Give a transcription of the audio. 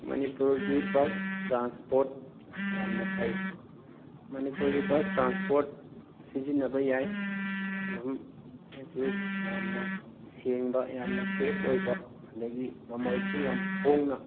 ꯃꯅꯤꯄꯨꯔꯒꯤ bus transport ꯌꯥꯝꯅ ꯐꯩ ꯃꯅꯤꯄꯨꯔꯒꯤ ꯕꯁ ꯇ꯭ꯔꯥꯟꯄꯣꯔꯠ ꯁꯤꯖꯤꯟꯟꯕ ꯌꯥꯏ ꯑꯗꯨꯝ ꯑꯁꯤ ꯌꯥꯝꯅ ꯁꯦꯡꯕ ꯌꯥꯝꯅ ꯁꯦꯐ ꯑꯣꯏꯕ ꯑꯗꯒꯤ ꯃꯃꯜꯁꯨ ꯌꯥꯝ ꯍꯣꯡꯅ